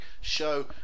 Show